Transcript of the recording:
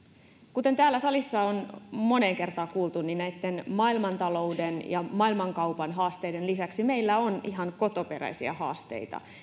kuten täällä salissa on moneen kertaan kuultu niin näitten maailmantalouden ja maailmankaupan haasteiden lisäksi meillä on ihan kotoperäisiä haasteita